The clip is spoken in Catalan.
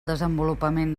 desenvolupament